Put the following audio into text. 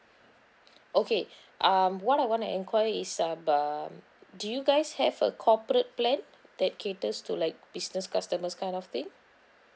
okay um what I wanna enquiry is about do you guys have a corporate plan that caters to like business customers kind of thing